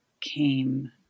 came